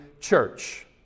church